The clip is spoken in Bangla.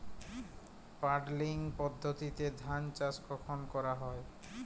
পাডলিং পদ্ধতিতে ধান চাষ কখন করা হয়?